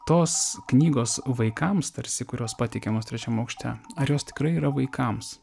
tos knygos vaikams tarsi kurios pateikiamos trečiam aukšte ar jos tikrai yra vaikams